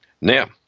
Now